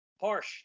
Harsh